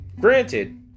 granted